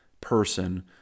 person